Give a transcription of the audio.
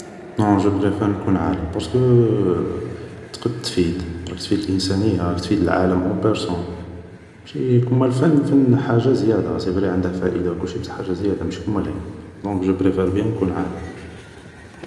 نون جو بريفار نكون عالم, بارسكو تقد تفيد, راك تفيد الإنسانية, راك تفيد العالم اون بارسون, ماشي كيما الفن, الفن حاجة زيادة سي فري عنده فائدة و كلشي بصح حاجة زيادة ماشي كيما العلم, دونك جو بريفار بيان نكون عالم